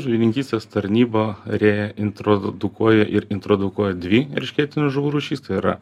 žuvininkystės tarnyba reintrodukuoja ir introdukuoja dvi eršketinių žuvų rūšis tai yra